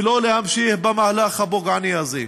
ולא להמשיך במהלך הפוגעני הזה.